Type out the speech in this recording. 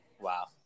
Wow